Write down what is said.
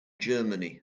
germany